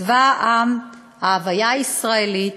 צבא העם, ההוויה הישראלית.